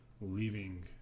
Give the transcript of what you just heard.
leaving